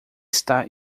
está